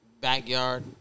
backyard